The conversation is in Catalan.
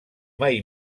mai